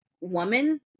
woman